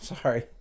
sorry